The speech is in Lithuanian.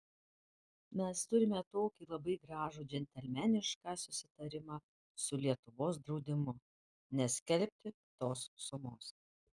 mes turime tokį labai gražų džentelmenišką susitarimą su lietuvos draudimu neskelbti tos sumos